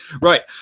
right